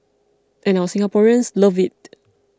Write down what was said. and our Singaporeans love it